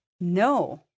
no